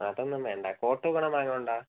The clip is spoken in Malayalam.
അതൊന്നും വേണ്ട കോട്ടുകട മാങ്ങ ഉണ്ടോ